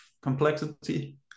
complexity